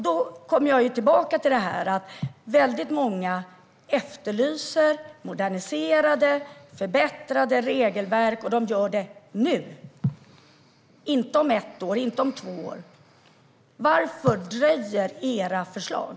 Då kommer jag tillbaka till att väldigt många efterlyser att det kommer moderniserade och förbättrade regelverk nu , inte om ett eller två år. Varför dröjer era förslag?